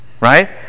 right